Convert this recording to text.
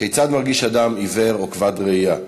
כיצד מרגיש אדם עיוור או כבד ראייה,